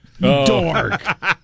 Dork